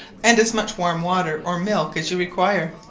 and as much warm water or milk as you require.